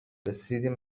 رسیدیم